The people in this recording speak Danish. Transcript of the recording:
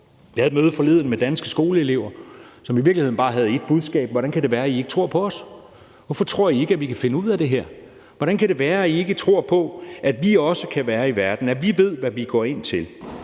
Jeg havde et møde forleden med Danske Skoleelever, som i virkeligheden bare havde ét budskab: Hvordan kan det være, I ikke tror på os? Hvorfor tror I ikke, at vi kan finde ud af det her? Hvordan kan det være, at I ikke tror på, at vi også kan være i verden, at vi ved, hvad vi går ind til,